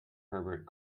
herbert